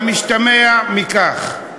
מקום, הדבר הזה.